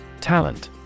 Talent